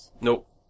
Nope